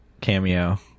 cameo